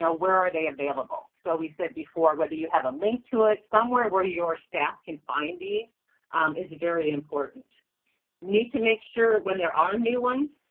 ah where are they available? so we've said before, whether you have a link to it somewhere where your staff can find it is very important. you need to make sure when there are new ones,